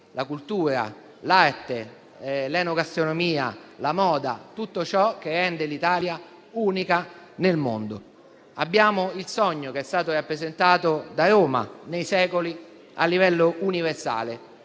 la cultura, l'arte, l'enogastronomia, la moda, tutto ciò che rende l'Italia unica nel mondo. Abbiamo il sogno che è stato rappresentato da Roma nei secoli a livello universale.